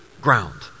ground